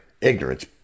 ignorance